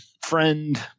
friend